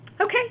Okay